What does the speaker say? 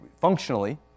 functionally